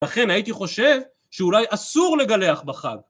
ולכן הייתי חושב שאולי אסור לגלח בחג.